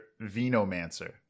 Venomancer